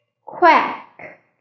quack